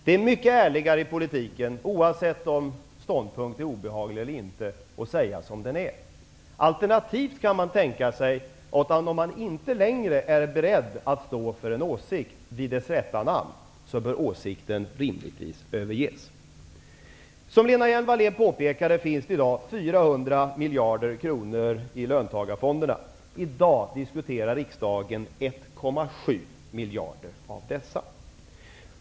Det är mycket ärligare att i politiken, oavsett om ståndpunkter är obehagliga eller inte, säga som det är. Alternativt kan man tänka sig att, om man inte längre är beredd att stå för en åsikt vid dess rätta namn, åsikten rimligtvis bör överges. Som Lena Hjelm-Wallén påpekade finns det i dag 400 miljarder kronor i AP-fonderna. I dag diskuterar riksdagen 1,7 miljarder av dessa.